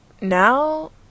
now